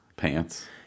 pants